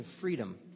freedom